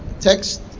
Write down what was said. text